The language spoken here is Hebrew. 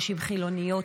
נשים חילוניות,